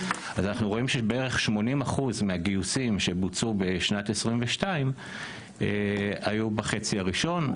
אז אנחנו רואים שבערך 80% מהגיוסים שבוצעו בשנת 2022 היו בחצי הראשון,